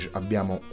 abbiamo